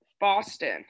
Boston